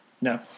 No